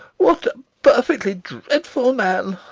what a perfectly dreadful man!